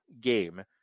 game